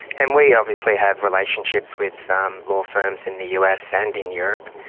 and we obviously have relationships with um law firms in the us and in europe.